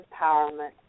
empowerment